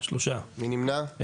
3 נמנעים,